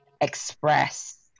express